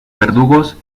verdugos